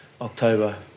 October